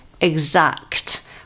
Exact